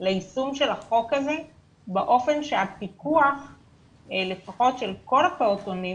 ליישום של החוק הזה באופן שהפיקוח לפחות של כל הפעוטונים